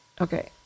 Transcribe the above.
Okay